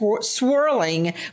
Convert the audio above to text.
swirling